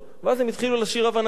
ואז הם התחילו לשיר "הבה נגילה",